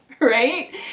right